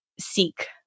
seek